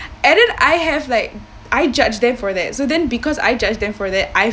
and then I have like I judge them for that so then because I judged them for that I